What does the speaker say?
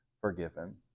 forgiven